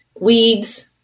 weeds